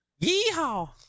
Yeehaw